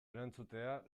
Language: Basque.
erantzutea